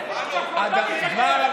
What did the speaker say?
אתה משקר.